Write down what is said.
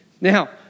Now